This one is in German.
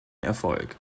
erfolg